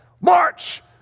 march